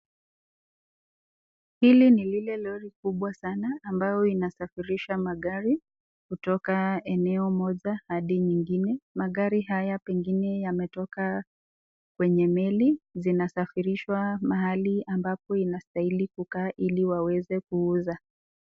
Hili ni lile lori kubwa sana ambao inasafirisha magari kutoka eneo moja adi nyingine, magari haya pengine yametoka kwenye meli, zinasafirishwa mahali ambapo inastahili kuku iliwaweze kuuza.